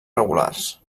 regulars